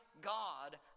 God